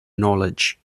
knowledge